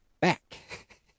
back